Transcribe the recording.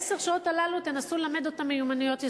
בעשר השעות האלה תנסו ללמד אותם מיומנויות יסוד.